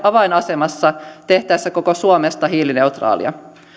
avainasemassa tehtäessä koko suomesta hiilineutraalia